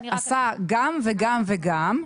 עשה גם וגם וגם.